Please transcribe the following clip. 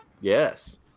Yes